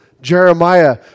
Jeremiah